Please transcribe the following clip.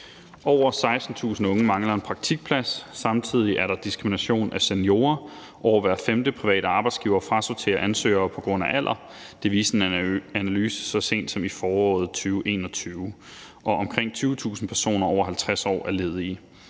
Over 16.000 unge mangler en praktikplads. Samtidig er der diskrimination af seniorer, så over hver femte private arbejdsgiver frasorterer ansøgere på grund af alder. Det viste en analyse så sent som i foråret 2021. Og omkring 20.000 personer over 50 år er ledige.